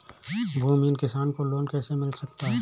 भूमिहीन किसान को लोन कैसे मिल सकता है?